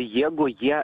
jeigu jie